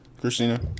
Christina